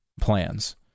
plans